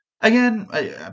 again